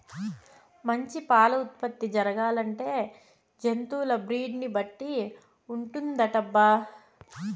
మంచి పాల ఉత్పత్తి జరగాలంటే జంతువుల బ్రీడ్ ని బట్టి ఉంటుందటబ్బా